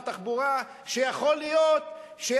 זה קורה אצל מבוגרים,